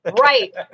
right